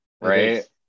right